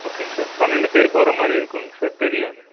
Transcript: ஓகேங்க சார் பன்னெண்டு பேர் போகற மாதிரி இருக்குங்க சார் பெரிய வண்டி